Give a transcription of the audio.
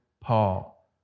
Paul